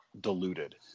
diluted